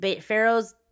Pharaoh's